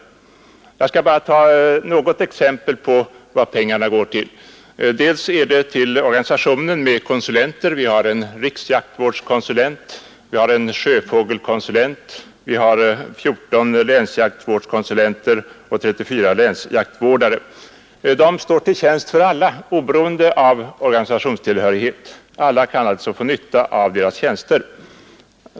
Jag skall bara ta ett par exempel på vad pengarna går till. Det finns en organisation med konsulenter som bekostas av Svenska jägareförbundet. Vi har en riksjaktvårdskonsulent, en sjöfågelkonsulent, 14 länsjaktvårdskonsulenter och 34 länsjaktvårdare. De står till tjänst för alla, oberoende av organisationstillhörighet. Alla kan alltså få nytta av deras tjänster.